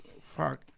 Fuck